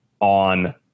on